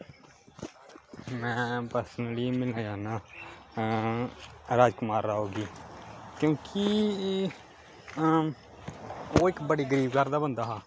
में प्रसनली मिलन जाना हा राजकुमार राव गी क्योंकि हां ओह् इक बड़ी गरीब घर दा बंदा हा